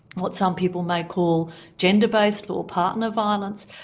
what some people may call gender-based or partner violence.